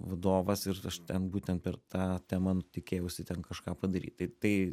vadovas ir aš ten būtent per tą temą tikėjausi ten kažką padaryt tai tai